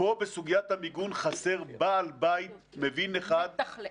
פה בסוגיית המיגון חסר בעל בית מבין אחד.